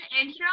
intro